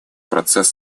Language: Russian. процесс